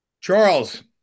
Charles